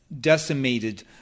decimated